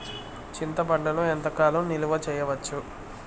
చింతపండును ఎంత కాలం నిలువ చేయవచ్చు?